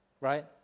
right